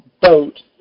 boat